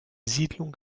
siedlung